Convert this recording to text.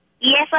Yes